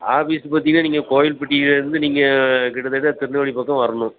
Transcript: office பார்த்திங்கன்னா நீங்கள் கோயில்பட்டியிலேருந்து நீங்கள் கிட்டத்தட்ட திருநெல்வேலி பக்கம் வரணும்